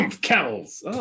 Camels